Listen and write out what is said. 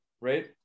Right